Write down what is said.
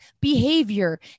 behavior